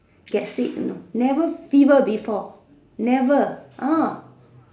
get sick you know never fever before never ah